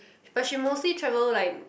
but she mostly travel like